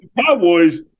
Cowboys